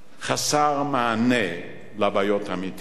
חסר מענה לבעיות האמיתיות,